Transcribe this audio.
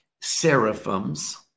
seraphim's